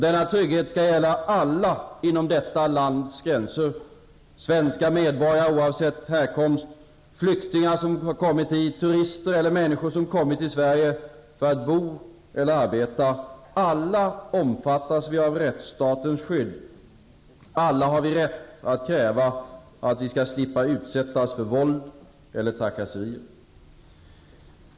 Denna trygghet skall gälla alla inom detta lands gränser: svenska medborgare oavsett härkomst, flyktingar, turister eller människor som kommit till Sverige för att bo och arbeta; alla omfattas vi av rättsstatens skydd; alla har vi rätt att kräva att vi skall slippa utsättas för våld eller trakasserier.